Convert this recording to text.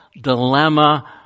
dilemma